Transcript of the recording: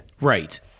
Right